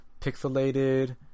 pixelated